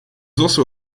also